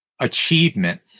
achievement